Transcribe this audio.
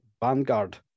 Vanguard